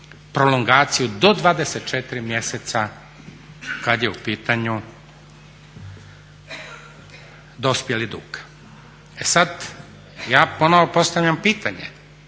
prolongaciju do 24 mjeseca kad je u pitanju dospjeli dug. E sad, ja ponovo postavljam pitanje